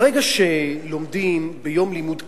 ברגע שלומדים ביום לימוד קצר,